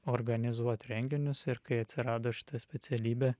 organizuot renginius ir kai atsirado šita specialybė